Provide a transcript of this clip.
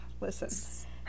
Listen